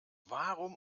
warum